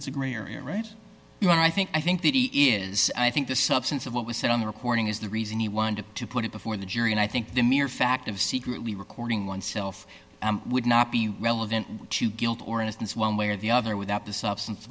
it's a gray area right you know i think i think that he is i think the substance of what was said on the recording is the reason he wanted to put it before the jury and i think the mere fact of secretly recording oneself would not be relevant to guilt or innocence one way or the other without the substance